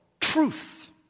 truth